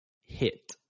hit